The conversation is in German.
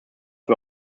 wir